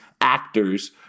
actors